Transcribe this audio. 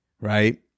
right